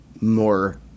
more